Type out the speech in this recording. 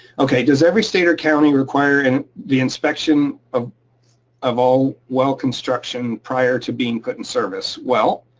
okay, does every state or county require and the inspection of of all well construction prior to being put in service? well,